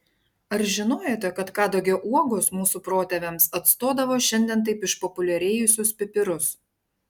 ar žinojote kad kadagio uogos mūsų protėviams atstodavo šiandien taip išpopuliarėjusius pipirus